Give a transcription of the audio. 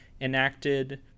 enacted